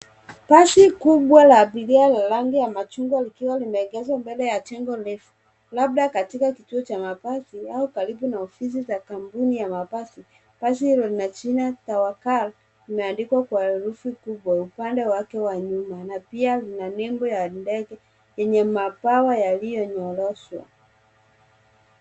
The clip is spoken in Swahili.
Basi kubwa la abiria la rangi ya machungwa likiwa limeegeshwa mbele ya jengo refu, labda katika kituo cha mabasi au karibu na ofisi za kampuni ya mabasi. Basi lina jina TAWAKAL limeandikwa kwa herufi kubwa upande wake wa nyuma na pia ina nembo ya ndege yenye mabawa yaliyonyoroshwa.